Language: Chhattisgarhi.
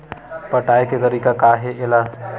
पटाय के तरीका का हे एला?